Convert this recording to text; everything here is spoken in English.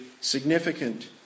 significant